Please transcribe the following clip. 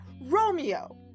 Romeo